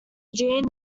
gene